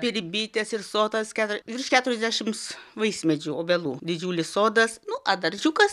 ir bitės ir sodas ketur virš keturiasdešims vaismedžių obelų didžiulis sodas nu a daržiukas